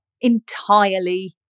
entirely